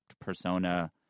persona